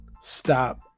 stop